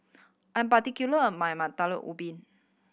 I'm particular my ubi